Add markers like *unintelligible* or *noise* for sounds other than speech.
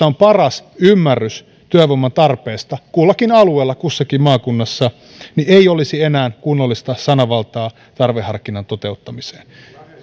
*unintelligible* on paras ymmärrys työvoiman tarpeesta kullakin alueella kussakin maakunnassa ei olisi enää kunnollista sananvaltaa tarveharkinnan toteuttamiseen